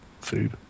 food